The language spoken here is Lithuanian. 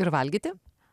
ir valgyti